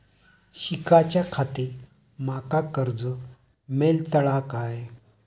शिकाच्याखाती माका कर्ज मेलतळा काय?